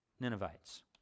Ninevites